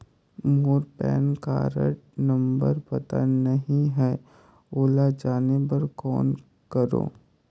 मोर PAN card number पता नहीं है, ओला जाने बर कौन करो?